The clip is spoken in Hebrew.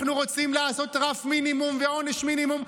אנחנו רוצים לעשות רף מינימום ועונש מינימום,